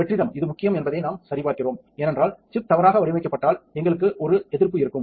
வெற்றிடம் இது முக்கியம் என்பதை நாம் சரிபார்க்கிறோம் ஏனென்றால் சிப் தவறாக வடிவமைக்கப்பட்டால் எங்களுக்கு ஒரு எதிர்ப்பு இருக்கும்